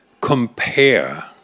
compare